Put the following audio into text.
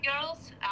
girls